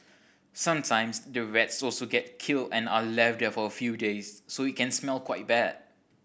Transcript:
sometimes the rats also get killed and are left there for a few days so it can smell quite bad